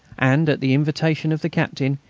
and, at the invitation of the captain,